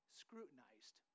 scrutinized